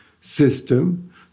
system